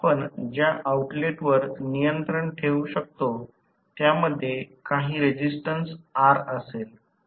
आपण ज्या आउटलेटवर नियंत्रण ठेवू शकतो त्यामध्ये काही रेसिस्टन्स R असेल